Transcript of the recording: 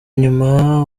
nyuma